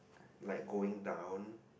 like going down